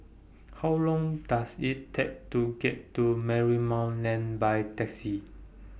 How Long Does IT Take to get to Marymount Lane By Taxi